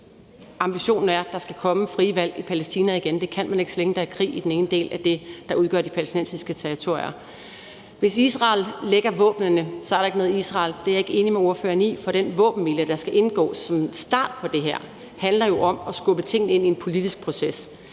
Ambitionen er, at der skal komme frie valg i Palæstina igen. Det kan der ikke, så længe der er krig i den ene del af det, der udgør de palæstinensiske territorier. Hvis Israel lægger våbnene, er der ikke noget Israel; det er ikke enig med ordføreren i. For den våbenhvile, der skal indgås som en start på det her, handler jo om at skubbe tingene ind i en politisk proces.